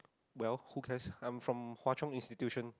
well who cares I from hwa chong Institution